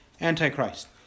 Antichrist